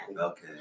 okay